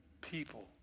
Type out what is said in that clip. people